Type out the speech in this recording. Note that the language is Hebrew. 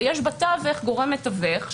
ויש בתווך גורם מתווך,